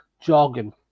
jargon